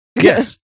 yes